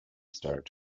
start